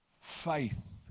Faith